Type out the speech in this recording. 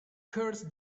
curse